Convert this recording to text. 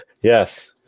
Yes